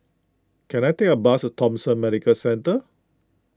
can I take a bus to Thomson Medical Centre